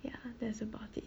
ya that's about it